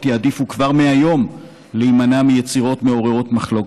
יעדיפו כבר מהיום להימנע מיצירות מעוררות מחלוקת,